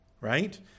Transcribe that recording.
right